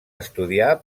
estudiar